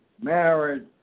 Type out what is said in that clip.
marriage